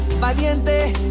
valiente